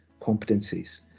competencies